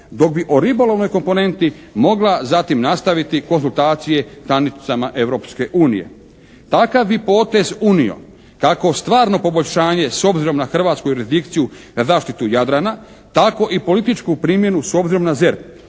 dok bi o ribolovnoj komponenti mogla zatim nastaviti konzultacija sa članicama Europske unije. Takav bi potez unio kako stvarno poboljšanje s obzirom na hrvatsku jurisdikciju za zaštitu Jadrana tako i političku primjenu s obzirom na ZERP.